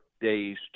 days